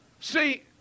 See